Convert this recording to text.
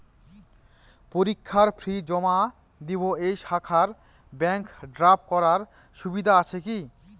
পরীক্ষার ফি জমা দিব এই শাখায় ব্যাংক ড্রাফট করার সুবিধা আছে কি?